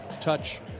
touch